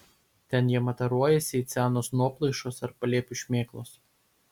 ten jie mataruojasi it senos nuoplaišos ar palėpių šmėklos